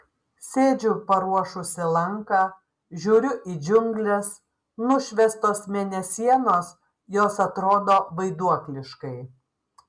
sėdžiu paruošusi lanką žiūriu į džiungles nušviestos mėnesienos jos atrodo vaiduokliškai